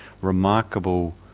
remarkable